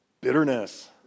Bitterness